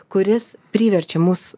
kuris priverčia mus